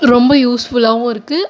ரொம்ப யூஸ்ஃபுல்லாகவும் இருக்குது